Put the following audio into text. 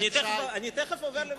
אני תיכף עובר למקיאוולי.